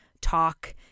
talk